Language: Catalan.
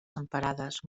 temperades